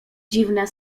dziwne